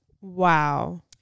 Wow